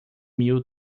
mil